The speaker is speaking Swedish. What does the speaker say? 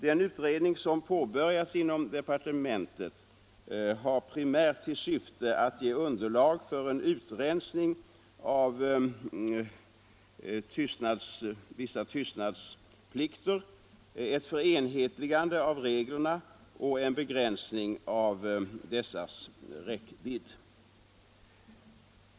Den utredning som påbörjats inom departementet har till syfte att ge underlag för en utrensning av vissa tystnadsplikter, ett förenhetligande av reglerna och en begränsning av dessas räckvidd.